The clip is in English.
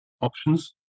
options